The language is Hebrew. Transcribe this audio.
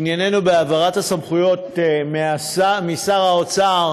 ענייננו העברת הסמכויות משר האוצר